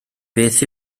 beth